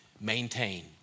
maintain